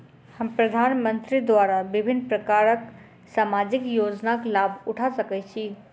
हम प्रधानमंत्री द्वारा विभिन्न प्रकारक सामाजिक योजनाक लाभ उठा सकै छी?